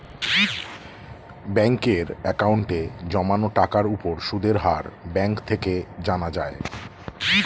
ব্যাঙ্কের অ্যাকাউন্টে জমানো টাকার উপর সুদের হার ব্যাঙ্ক থেকে জানা যায়